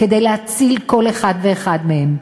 כדי להציל כל אחד ואחד מהם.